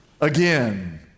again